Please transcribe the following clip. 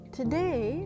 today